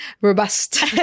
robust